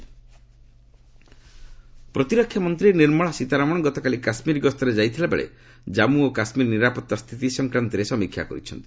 JK Sitharaman ପ୍ରତିରକ୍ଷା ମନ୍ତ୍ରୀ ନିର୍ମଳା ସୀତାରମଣ ଗତକାଲି କାଶ୍କୀର ଗସ୍ତରେ ଯାଇଥିବା ବେଳେ ଜାମ୍ମୁ ଓ କାଶ୍ମୀରର ନିରାପତ୍ତା ସ୍ଥିତି ସଂକ୍ରାନ୍ତରେ ସମୀକ୍ଷା କରିଛନ୍ତି